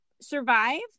survive